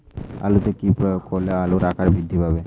আলুতে কি প্রয়োগ করলে আলুর আকার বৃদ্ধি পাবে?